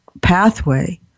pathway